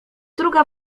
druga